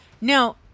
Now